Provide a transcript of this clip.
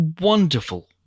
wonderful